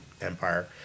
Empire